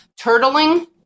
turtling